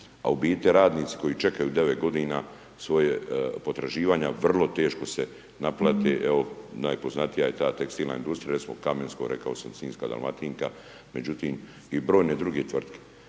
a u biti radnici koji čekaju devet godina, svoja potraživanja, vrlo teško se naplate, evo najpoznatija je ta tekstilna industrija, recimo Kamensko, rekao sam sinjska Dalmatinka, međutim i brojne druge tvrtke.